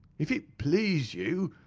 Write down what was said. if it please you,